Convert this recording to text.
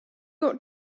ought